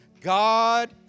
God